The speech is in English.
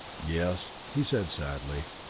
yes, he said sadly,